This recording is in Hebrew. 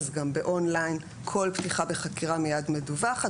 אז גם באון-ליין כל פתיחה בחקירה מייד מדווחת.